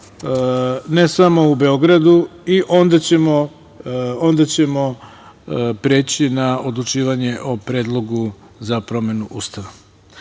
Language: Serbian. ne samo u Beogradu, i onda ćemo preći na odlučivanje o predlogu za promenu Ustava,